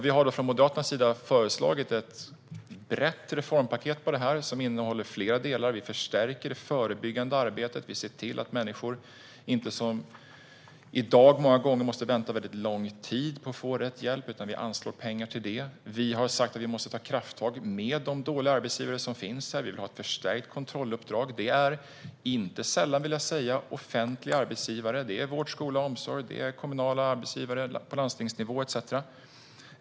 Vi har från Moderaternas sida föreslagit ett brett reformpaket som innehåller flera delar. Vi förstärker det förebyggande arbetet och ser till att människor inte, som i dag, måste vänta lång tid på att få rätt hjälp, utan vi anslår pengar till det. Vi har sagt att vi måste ta krafttag mot de dåliga arbetsgivare som finns. Vi vill ha ett förstärkt kontrolluppdrag. Det handlar, inte sällan, om offentliga arbetsgivare inom vård, skola och omsorg, kommunala arbetsgivare på landstingsnivå etcetera.